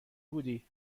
بودی